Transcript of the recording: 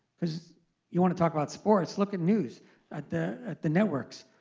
because you want to talk about sports, look at news at the at the networks.